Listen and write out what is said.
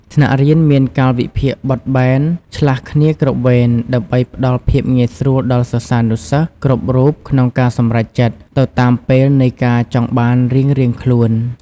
ថ្នាក់រៀនមានកាលវិភាគបត់បែន ឆ្លាស់គ្នាគ្រប់វេន ដើម្បីផ្ដល់ភាពងាយស្រួលដល់សិស្សានុសិស្សគ្រប់រូបក្នុងការសម្រេចចិត្តទៅតាមពេលនៃការចង់បានរៀងៗខ្លួន។